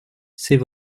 c’est